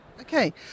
Okay